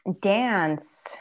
dance